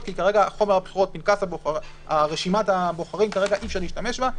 כי כרגע רשימת הבוחרים כרגע אי אפשר להשתמש בה.